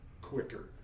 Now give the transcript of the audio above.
quicker